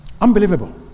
Unbelievable